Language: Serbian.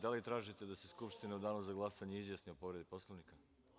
Da li tražite da se Skupština u danu za glasanje izjasni o povredi Poslovnika?